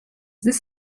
this